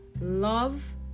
love